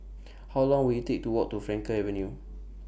How Long Will IT Take to Walk to Frankel Avenue